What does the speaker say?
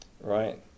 Right